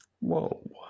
Whoa